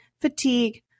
fatigue